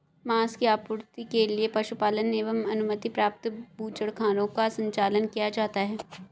माँस की आपूर्ति के लिए पशुपालन एवं अनुमति प्राप्त बूचड़खानों का संचालन किया जाता है